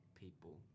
people